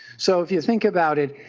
so if you think about it,